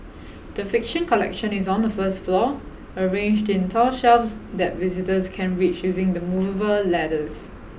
the fiction collection is on the first floor arranged in tall shelves that visitors can reach using the movable ladders